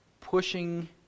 pushing